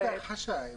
היא בהכחשה.